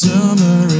Summer